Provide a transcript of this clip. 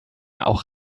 auch